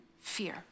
fear